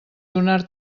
donar